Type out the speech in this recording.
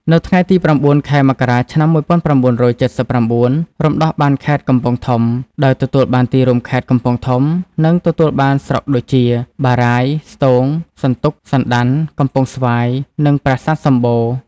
នៅថ្ងៃទី ០៩ ខែមករា ឆ្នាំ ១៩៧៩ រំដោះបានខេត្តកំពង់ធំ ដោយទទួលបានទីរួមខេត្ត កំពង់ធំ និងទទួលបានស្រុកដូចជា បារាយណ៍ ស្ទោង សន្ទុក សណ្តាន់ កំពង់ស្វាយ និងប្រាសាទសំបូរ។